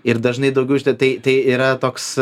ir dažnai daugiau šita tai yra toks